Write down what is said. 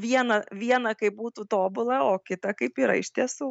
viena viena kaip būtų tobula o kita kaip yra iš tiesų